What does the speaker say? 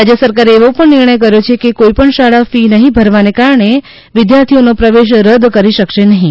રાજ્ય સરકારે એવો પણ નિર્ણય કર્યો છે કે કોઈ પણ શાળા ફી નહિ ભરવાને કારણે વિધાર્થીઓનો પ્રવેશ રદ ડરી શકશે નહિ